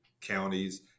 counties